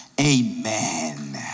Amen